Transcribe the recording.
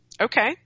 Okay